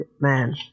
man